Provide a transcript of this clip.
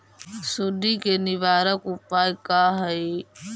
सुंडी के निवारक उपाय का हई?